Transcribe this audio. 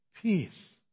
peace